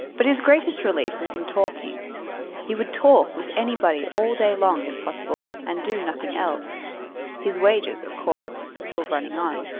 but his greatest relief was in talking he would talk with anybody all day long if possible, and do nothing else his wages, of course, still running on.